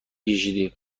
کشیدی